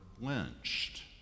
lynched